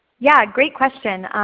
yeah great question.